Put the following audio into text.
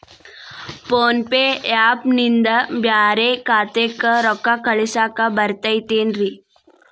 Phone pay app ನಿಂದ ಬ್ಯಾರೆ ಖಾತೆಕ್ ರೊಕ್ಕಾ ಕಳಸಾಕ್ ಬರತೈತೇನ್ರೇ?